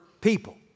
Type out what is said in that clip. people